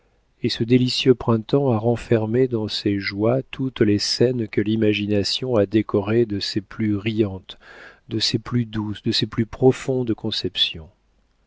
et ce délicieux printemps a renfermé dans ses joies toutes les scènes que l'imagination a décorées de ses plus riantes de ses plus douces de ses plus profondes conceptions